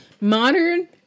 modern